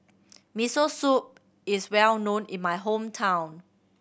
Miso Soup is well known in my hometown